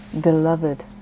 beloved